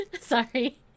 Sorry